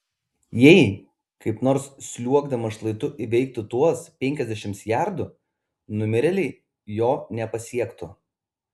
jei kaip nors sliuogdamas šlaitu įveiktų tuos penkiasdešimt jardų numirėliai jo nepasiektų